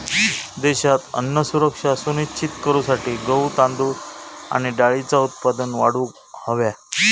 देशात अन्न सुरक्षा सुनिश्चित करूसाठी गहू, तांदूळ आणि डाळींचा उत्पादन वाढवूक हव्या